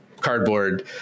cardboard